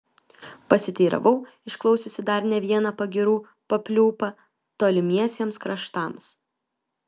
pasiteiravau išklausiusi dar ne vieną pagyrų papliūpą tolimiesiems kraštams